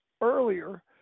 earlier